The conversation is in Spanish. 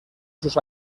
sus